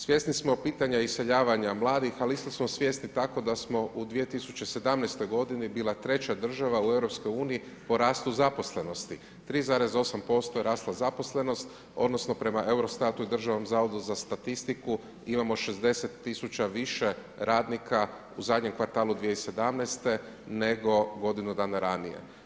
Svjesni smo pitanja iseljavanja mladih, ali isto smo svjesni tako da smo u 2017. godini bili treća država u EU po rastu zaposlenosti, 3,8% je rasla zaposlenost, odnosno prema EUROSTAT-u i Državnom zavodu za statistiku imamo 60 tisuća više radnika u zadnjem kvartalu 2017. nego godinu dana ranije.